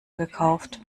gekauft